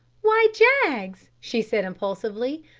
why, jaggs, she said impulsively,